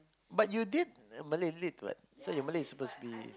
but you did Malay Lit what so you Malay suppose to be